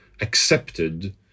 accepted